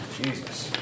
Jesus